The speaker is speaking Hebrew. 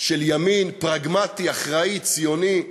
של ימין פרגמטי אחראי, ציוני,